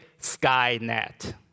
Skynet